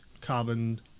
carbon